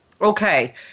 Okay